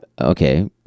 Okay